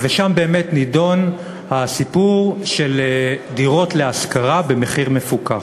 ושם באמת נדון הסיפור של דירות להשכרה במחיר מפוקח.